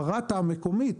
הוא שהרת"א המקומית,